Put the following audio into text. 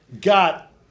got